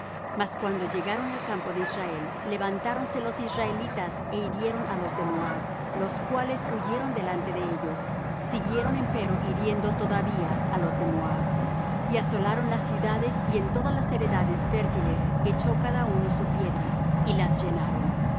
mas cuando llegaron al campo de israel levantáronse los israelitas é hirieron á los de moab los cuales huyeron delante de ellos siguieron empero hiriendo todavía á los de moab y asolaron las ciudades y en todas las heredades fértiles echó cada uno su piedra y las llenaron